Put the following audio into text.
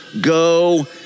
Go